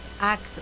act